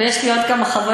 יש לי עוד כמה חוויות,